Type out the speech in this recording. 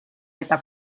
eta